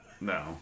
No